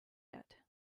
yet